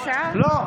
לא.